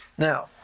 Now